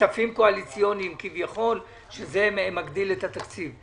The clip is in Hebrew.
כספים קואליציוניים כביכול שזה מגדיל את התקציב.